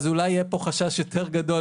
אז אולי יהיה פה חשש יותר גדול,